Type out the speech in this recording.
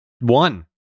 One